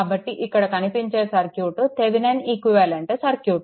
కాబట్టి ఇక్కడ కనిపించే సర్క్యూట్ థెవెనిన్ ఈక్వివలెంట్ సర్క్యూట్